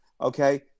Okay